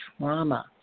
trauma